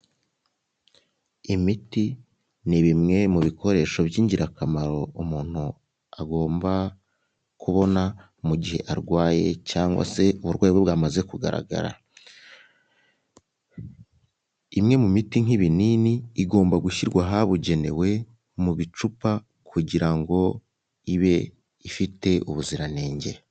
Imiti ni bimwe mu bikoresho by'ingirakamaro umuntu agomba kubona mu gihe arwaye cyangwa se uburwayi bwe bwamaze kugaragara imwe mu muti nk'ibinini igurwa, igomba gushyirwa ahabugenewe mu bicupa kugira ngo ibe ifite ubuziranenge.